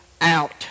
out